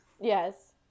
Yes